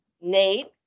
Nate